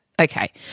okay